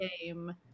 game